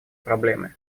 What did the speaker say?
проблемы